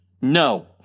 No